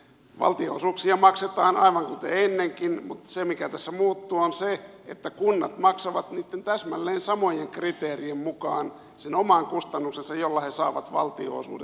valtionosuuksia maksetaan aivan kuten ennenkin mutta se mikä tässä muuttuu on se että kunnat maksavat niiden täsmälleen samojen kriteerien mukaan sen oman kustannuksensa jolla he saavat valtionosuudet